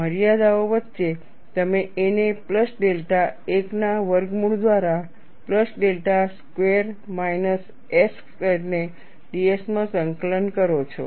મર્યાદાઓ વચ્ચે તમે a ને પ્લસ ડેલ્ટા 1 ના વર્ગમૂળ દ્વારા plus delta square minus s squared ને ds માં સંકલન કરો છો